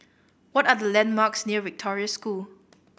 what are the landmarks near Victoria School